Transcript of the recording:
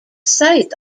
site